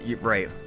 Right